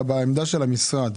בעמדה של המשרד,